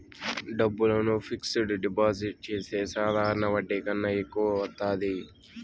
డబ్బులను fixed deposit చేస్తే సాధారణ వడ్డీ కన్నా ఎక్కువ వత్తాది